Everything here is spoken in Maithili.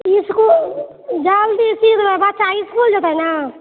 निचको जल्दी सी देबै बच्चा इसकुल जेतै नऽ